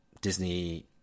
disney